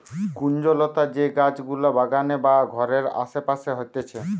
কুঞ্জলতা যে গাছ গুলা বাগানে বা ঘরের আসে পাশে হতিছে